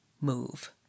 move